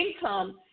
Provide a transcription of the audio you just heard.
income